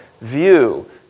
view